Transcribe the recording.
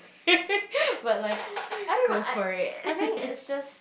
but like I don't know I I think it's just